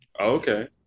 okay